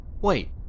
Wait